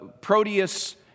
Proteus